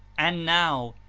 and now,